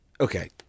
okay